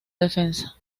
defensa